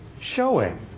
showing